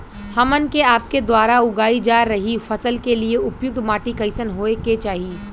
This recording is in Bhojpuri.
हमन के आपके द्वारा उगाई जा रही फसल के लिए उपयुक्त माटी कईसन होय के चाहीं?